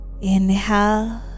inhale